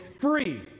free